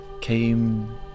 came